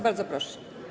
Bardzo proszę.